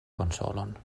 konsolon